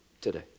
today